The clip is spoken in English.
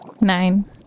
Nine